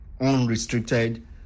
unrestricted